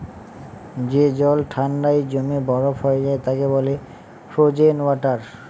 যে জল ঠান্ডায় জমে বরফ হয়ে যায় তাকে বলে ফ্রোজেন ওয়াটার